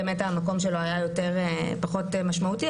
באמת המקום שלו היה פחות משמעותי,